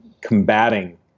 combating